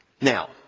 Now